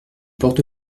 porte